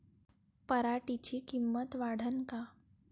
पराटीची किंमत वाढन का?